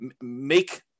make